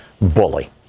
bully